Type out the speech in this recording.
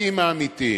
לנזקקים האמיתיים.